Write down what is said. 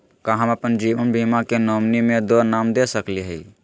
का हम अप्पन जीवन बीमा के नॉमिनी में दो नाम दे सकली हई?